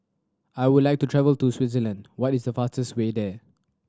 I would like to travel to Switzerland what is the fastest way there